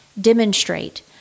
demonstrate